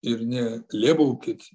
ir nelėbaukit